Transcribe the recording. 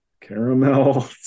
caramel